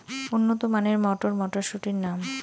উন্নত মানের মটর মটরশুটির নাম?